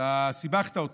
אתה סיבכת אותי,